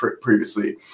previously